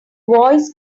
voice